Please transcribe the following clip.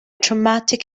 traumatic